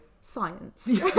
science